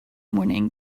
morning